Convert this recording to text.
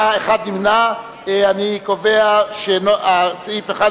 אני קובע שסעיפים 10